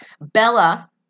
Bella